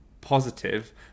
positive